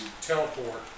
teleport